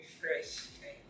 refresh